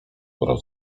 brał